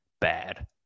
bad